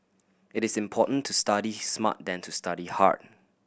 it is important to study smart than to study hard